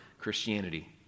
Christianity